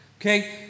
Okay